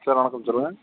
sir வணக்கம் சொல்லுங்கள்